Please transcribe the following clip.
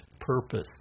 purpose